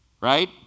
Right